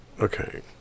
Okay